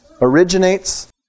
originate's